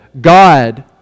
God